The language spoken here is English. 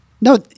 no